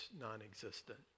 non-existent